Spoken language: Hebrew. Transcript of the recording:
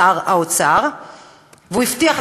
ואני מקווה מאוד שנקבל פתרון אמיתי.